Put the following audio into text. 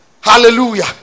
Hallelujah